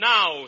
Now